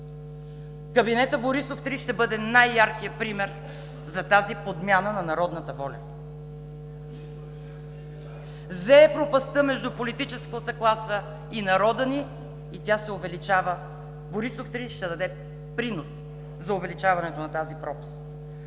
Кабинетът Борисов 3 ще бъде най-яркият пример за тази подмяна на народната воля. (Шум и реплики от ГЕРБ.) Зее пропастта между политическата класа и народа ни, и тя се увеличава. Борисов 3 ще даде принос за увеличаването на тази пропаст.